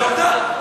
זו עובדה,